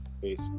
Peace